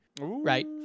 right